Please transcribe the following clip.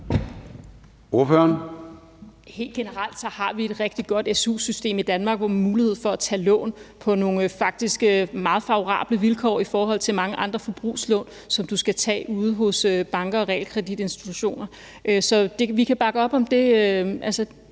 Helt generelt har vi et rigtig godt su-system i Danmark med mulighed for at tage lån på nogle faktisk meget favorable vilkår i forhold til mange andre forbrugslån, som du skal tage ude hos banker og realkreditinstitutter. Så vi kan bakke op om de